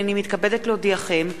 הנני מתכבדת להודיעכם,